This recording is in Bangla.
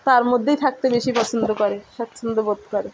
তার মধ্যেই থাকতে বেশি পছন্দ করে স্বাচ্ছন্দ্য বোধ করে